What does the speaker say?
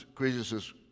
Jesus